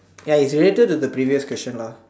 ya it's related to the previous question lah